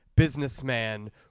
Businessman